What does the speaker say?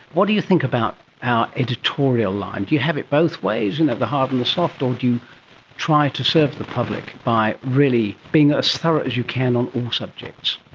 what do you think about our editorial line? do you have it both ways, and the hard and the soft, or do you try to serve the public by really being as thorough as you can on all subjects?